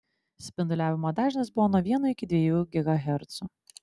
spinduliavimo dažnis buvo nuo vieno iki dviejų gigahercų